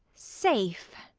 safe!